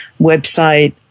website